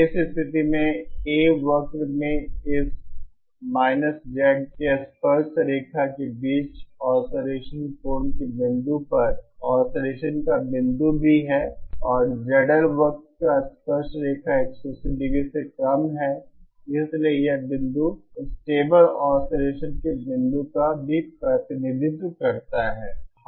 इस स्थिति में A वक्र में इस Z के स्पर्शरेखा के बीच ऑसिलेसन कोण के बिंदु पर ऑसिलेसन का बिंदु भी है और ZL वक्र का स्पर्शरेखा 180 ° से कम है इसलिए यह बिंदु स्टेबल ऑसिलेसन के बिंदु का भी प्रतिनिधित्व करता है